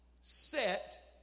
set